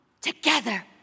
together